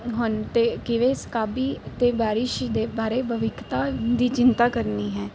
ਹਨ ਅਤੇ ਕਿਵੇਂ ਸਕਾਬੀ ਅਤੇ ਬਾਰਿਸ਼ ਹੀ ਦੇ ਬਾਰੇ ਭਵਿੱਖਤਾ ਦੀ ਚਿੰਤਾ ਕਰਨੀ ਹੈ